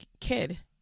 kid